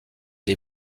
les